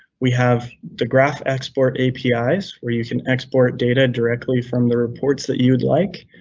we have the graph export apis, where you can export data directly from the reports that you'd like.